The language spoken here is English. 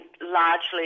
largely